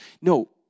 No